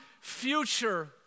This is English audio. future